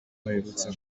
baherutse